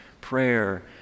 prayer